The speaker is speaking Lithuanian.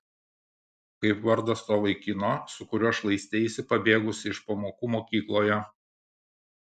kaip vardas to vaikino su kuriuo šlaisteisi pabėgusi iš pamokų mokykloje